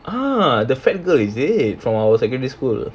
ah the fat girl is it from our secondary school